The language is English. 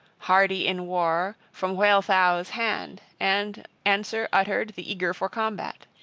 hardy-in-war, from wealhtheow's hand, and answer uttered the eager-for-combat.